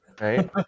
Right